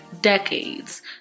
decades